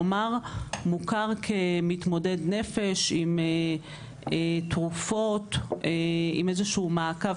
כלומר מוכר כמתמודד נפש עם תרופות עם איזה שהוא מעקב